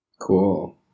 Cool